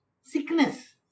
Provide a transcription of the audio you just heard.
Sickness